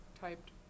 typed